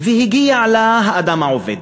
והגיע לאדם העובד,